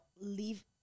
Leave